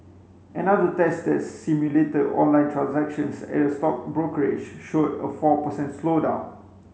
another test that simulated online transactions at a stock brokerage showed a four per cent slowdown